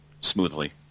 smoothly